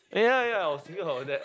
ya ya I was thinking of that